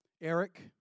Eric